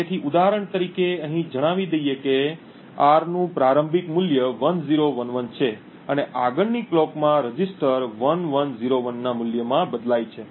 તેથી ઉદાહરણ તરીકે અહીં જણાવી દઈએ કે આર નું પ્રારંભિક મૂલ્ય 1011 છે અને આગળની ઘડિયાળમાં રજિસ્ટર 1101 ના મૂલ્યમાં બદલાય છે